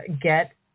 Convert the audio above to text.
get